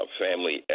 family